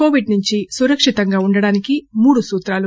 Covid నుంచి సురక్షితంగా ఉండటానికి మూడు సూత్రాలు